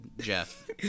Jeff